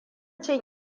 cin